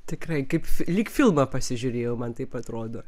tikrai kaip lyg filmą pasižiūrėjau man taip atrodo